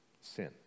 sin